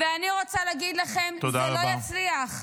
ואני רוצה להגיד לכם, זה לא יצליח.